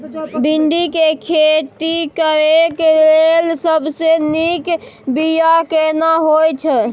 भिंडी के खेती करेक लैल सबसे नीक बिया केना होय छै?